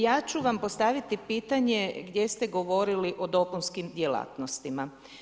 Ja ću vam postaviti pitanje gdje ste govorili o dopunskim djelatnostima.